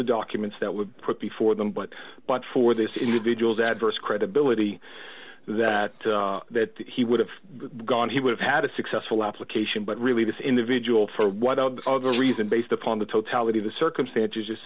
the documents that were put before d them but but for this individual's adverse credibility that that he would have gone he would have had a successful application but really this individual for what other reason based upon the totality of the circumstances just